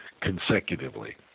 consecutively